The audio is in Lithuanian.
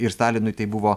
ir stalinui tai buvo